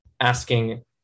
asking